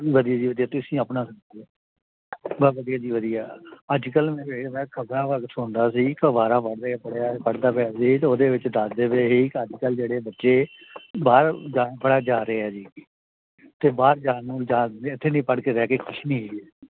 ਵਧੀਆ ਜੀ ਵਧੀਆ ਤੁਸੀਂ ਆਪਣਾ ਬਸ ਵਧੀਆ ਜੀ ਵਧੀਆ ਅੱਜ ਕੱਲ੍ਹ ਖਬਰਾਂ ਸੁਣਦਾ ਸੀ ਅਖਬਾਰਾਂ ਪੜ੍ਹਦੇ ਹਾਂ ਪੜ੍ਹਿਆ ਪੜ੍ਹਦਾ ਪਿਆ ਸੀ ਤਾਂ ਉਹਦੇ ਵਿੱਚ ਦੱਸਦੇ ਪਏ ਸੀ ਕਿ ਅੱਜ ਕੱਲ੍ਹ ਜਿਹੜੇ ਬੱਚੇ ਬਾਹਰ ਜਾ ਰਹੇ ਆ ਜੀ ਅਤੇ ਬਾਹਰ ਜਾਣ ਨੂੰ ਇੱਥੇ ਨਹੀਂ ਪੜ੍ਹ ਕੇ ਰਹਿ ਕੇ ਖੁਸ਼ ਨਹੀਂ